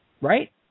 Right